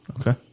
Okay